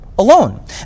Alone